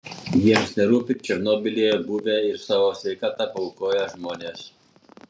jiems nerūpi černobylyje buvę ir savo sveikatą paaukoję žmonės